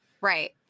right